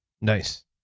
Nice